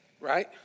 Right